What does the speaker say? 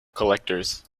collectors